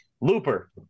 Looper